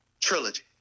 trilogy